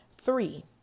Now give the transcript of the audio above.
Three